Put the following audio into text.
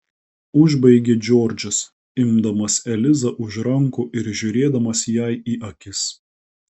užbaigė džordžas imdamas elizą už rankų ir žiūrėdamas jai į akis